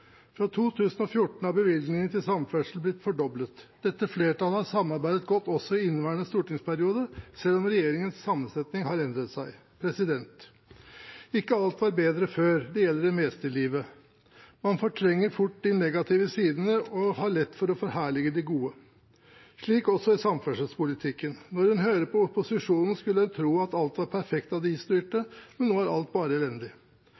Fra 2014 har bevilgningene til samferdsel blitt fordoblet. Dette flertallet har samarbeidet godt også i inneværende stortingsperiode, selv om regjeringens sammensetning har endret seg. Ikke alt var bedre før. Det gjelder det meste i livet. Man fortrenger fort de negative sidene og har lett for å forherlige de gode. Slik er det også i samferdselspolitikken. Når en hører på opposisjonen, skulle en tro at alt var perfekt da de styrte, mens nå er alt bare elendig.